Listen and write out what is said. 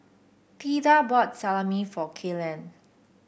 Theda bought Salami for Kaylen